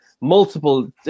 multiple